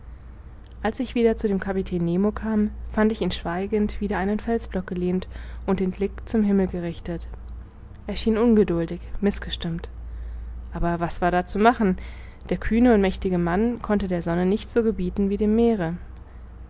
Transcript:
als ich wieder zu dem kapitän nemo kam fand ich ihn schweigend wider einen felsblock gelehnt und den blick zum himmel gerichtet er schien ungeduldig mißgestimmt aber was war da zu machen der kühne und mächtige mann konnte der sonne nicht so gebieten wie dem meere